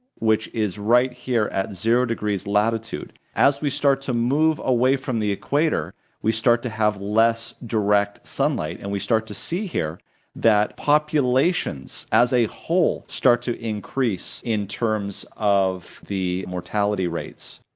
which is right here at zero degrees latitude, as we start to move away from the equator we start to have less direct sunlight, and we start to see here that populations as a whole start to increase in terms of the mortality rates,